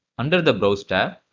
under the browse tab,